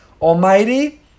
Almighty